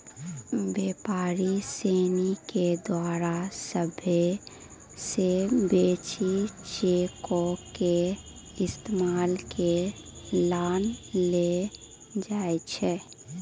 व्यापारी सिनी के द्वारा सभ्भे से बेसी चेको के इस्तेमाल मे लानलो जाय छै